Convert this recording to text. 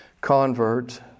convert